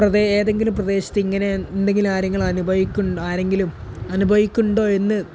ഏതെങ്കിലും പ്രദേശത്ത് ഇങ്ങനെ എന്തെങ്കിലും ആരെങ്കിലും അനുഭവിക്കുന്നുണ്ടോയെന്ന്